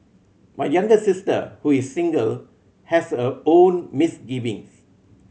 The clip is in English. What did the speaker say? my younger sister who is single has her own misgivings